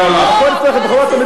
נא לא להפריע.